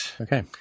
Okay